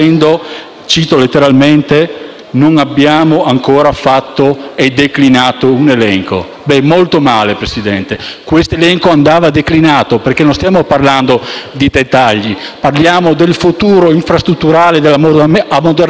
(cito letteralmente): «Non abbiamo declinato un elenco»: molto male, Presidente. Questo elenco andava declinato, perché non stiamo parlando di dettagli, parliamo del futuro infrastrutturale e dell'ammodernamento